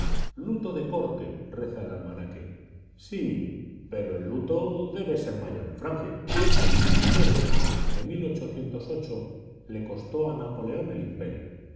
luto de corte reza el almanaque sí pero el luto debe ser mayor en francia el de mayo de le costó a napoleón el imperio